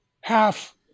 half